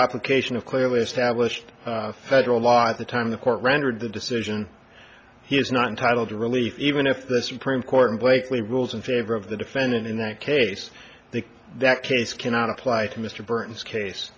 application of clearly established federal law at the time the court rendered the decision he is not entitled to relief even if the supreme court in blakely rules in favor of the defendant in a case that case cannot apply to mr burns case